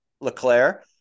LeClaire